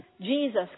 Jesus